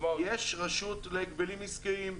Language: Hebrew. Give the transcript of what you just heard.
יש רשות להגבלים עסקיים.